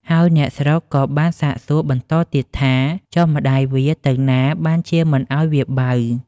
ហើយអ្នកស្រុកក៏បានសាកសួរបន្តទៀតថា ចុះម្ដាយវាទៅណាបានជាមិនឲ្យវាបៅ?